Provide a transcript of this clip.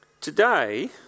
Today